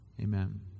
Amen